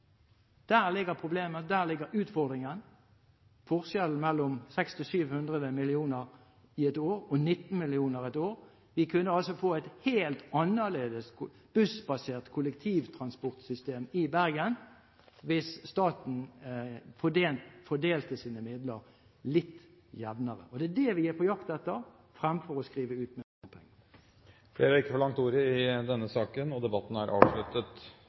Der ligger problemet. Der ligger utfordringen: forskjellen mellom 600 mill. kr til 700 mill. kr i løpet av ett år og 19 mill. kr i løpet av ett år. Vi kunne altså få et helt annerledes bussbasert kollektivtransportsystem i Bergen hvis staten fordelte sine midler litt jevnere. Det er det vi er på jakt etter fremfor å skrive ut mer bompenger. Flere har ikke bedt om ordet